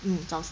mm 早